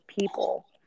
people